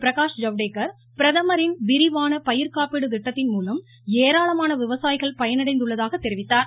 பிரகாஷ் ஜவ்டேகர் பிரதமரின் விரிவான பயிர்க்காப்பீடு திட்டத்தின் மூலம் ஏராளமான விவசாயிகள் பயனடைந்துள்ளதாக தெரிவித்தார்